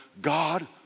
God